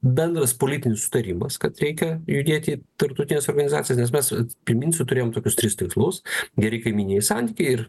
bendras politinis sutarimas kad reikia judėt į tarptautines organizacijas nes mes priminsiu turėjom tokius tris tikslus geri kaimyniniai santykiai ir